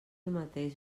mateix